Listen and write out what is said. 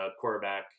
quarterback